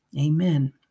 Amen